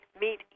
meet